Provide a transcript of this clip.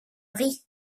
riz